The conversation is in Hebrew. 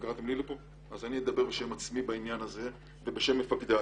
קראתם לי לכאן אז אדבר בשם עצמי ובשם מפקדיי.